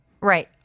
Right